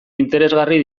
interesgarri